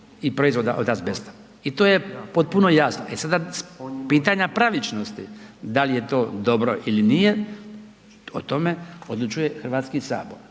i to je potpuno jasno. E sada pitanja pravičnosti, dal je to dobro ili nije, o tome odlučuje HS, to ne